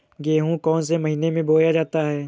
गेहूँ कौन से महीने में बोया जाता है?